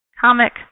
Comic